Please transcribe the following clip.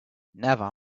never